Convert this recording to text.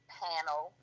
panel